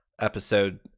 episode